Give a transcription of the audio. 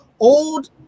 Old